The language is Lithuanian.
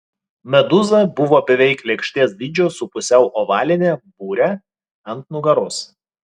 medūza buvo beveik lėkštės dydžio su pusiau ovaline bure ant nugaros